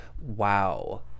wow